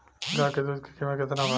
गाय के दूध के कीमत केतना बा?